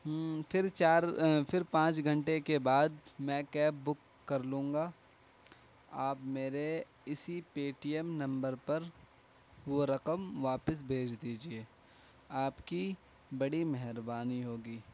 پھر چار پھر پانچ گھنٹے کے بعد میں کیب بک کر لوں گا آپ میرے اسی پے ٹی ایم نمبر پر وہ رقم واپس بھیج دیجیے آپ کی بڑی مہربانی ہوگی